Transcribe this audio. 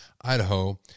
Idaho